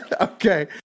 Okay